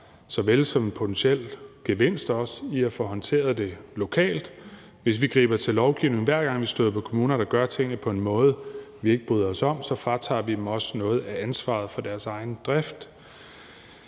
såvel som en potentiel gevinst i at få håndteret det lokalt. Hvis vi griber til lovgivning, hver gang vi støder på kommuner, der gør tingene på en måde, vi ikke bryder os om, så fratager vi dem også noget af ansvaret for deres egen drift.